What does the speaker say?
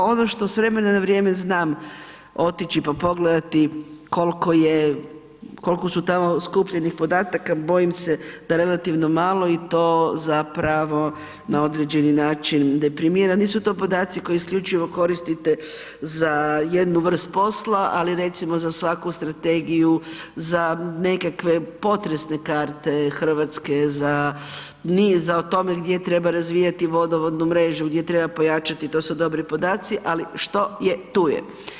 Ono što s vremena na vrijeme znam otići pa pogledati koliko su tamo skupljenih podataka, bojim se da relativno malo i to zapravo na određeni način deprimira, nisu to podaci koji isključivo koristite za jednu vrstu posla ali recimo za svaku strategiju, za nekakve potresne karte Hrvatske, za o tome gdje treba razvijati vodovodnu mrežu, gdje treba pojačati, to su dobri podaci ali što je, tu je.